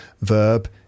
Verb